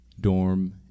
dorm